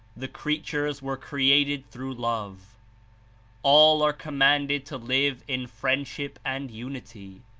the creatures were created through love all are commanded to live in friendship and unity.